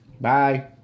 Bye